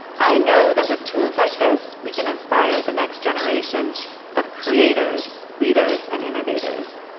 i know that with tools like this we can inspire the next generation of creators, leaders, and innovators.